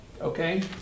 okay